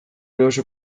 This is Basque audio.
eroso